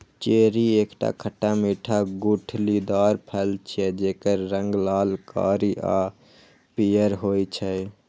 cherry एकटा खट्टा मीठा गुठलीदार फल छियै, जेकर रंग लाल, कारी आ पीयर होइ छै